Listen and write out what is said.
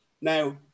Now